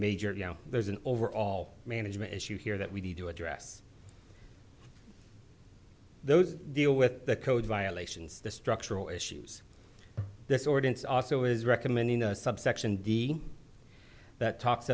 major there's an overall management issue here that we need to address those deal with the code violations the structural issues this ordinance also is recommending a subsection d that talks